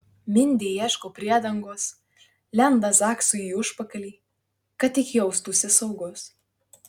mindė ieško priedangos lenda zaksui į užpakalį kad tik jaustųsi saugus